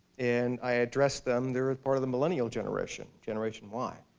and i addressed them they're part of the millenial generation, generation y.